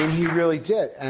he really did. and,